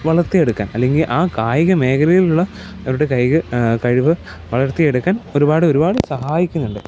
വളർത്തിയെടുക്കാൻ അല്ലെങ്കിൽ ആ കായിക മേഖലയിലുള്ള അവരുടെ കഴിവ് വളർത്തിയെടുക്കാൻ ഒരുപാട് ഒരുപാട് സഹായിക്കുന്നുണ്ട്